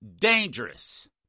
dangerous